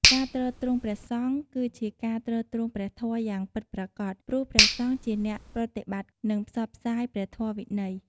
ការទ្រទ្រង់ព្រះសង្ឃ គឺជាការទ្រទ្រង់ព្រះធម៌យ៉ាងពិតប្រាកដ ព្រោះព្រះសង្ឃជាអ្នកប្រតិបត្តិ និងផ្សព្វផ្សាយព្រះធម៌វិន័យ។